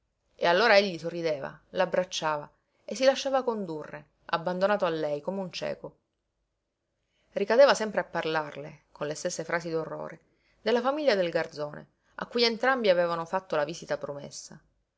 e allora egli sorrideva l'abbracciava e si lasciava condurre abbandonato a lei come un cieco ricadeva sempre a parlarle con le stesse frasi d'orrore della famiglia del garzone a cui entrambi avevano fatto la visita promessa